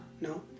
No